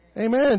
Amen